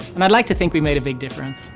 and i'd like to think we made a big difference.